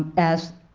as